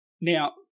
Now